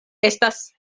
estas